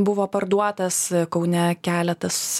buvo parduotas kaune keletas